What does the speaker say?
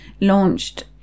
launched